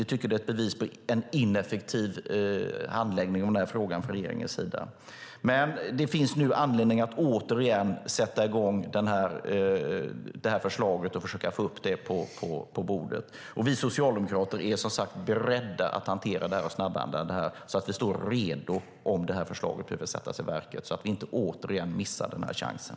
Vi tycker att det är bevis på en ineffektiv handläggning av den här frågan från regeringens sida. Nu finns det anledning att återigen ta fram det här förslaget och försöka få upp det på bordet. Vi socialdemokrater är beredda att hantera det och snabbehandla det så att vi står redo om det här förslaget behöver sättas i verket och så att vi inte återigen missar den här chansen.